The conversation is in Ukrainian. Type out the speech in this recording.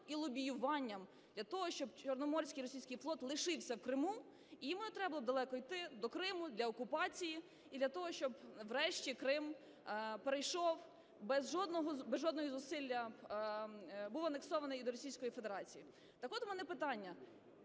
і лобіюванням, для того щоб Чорноморський російський флот лишився в Криму. І йому не треба було б далеко йти до Криму, для окупації і для того, щоб врешті Крим перейшов без жодного зусилля, був анексований Російською Федерацією. Так от, у мене питання.